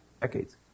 decades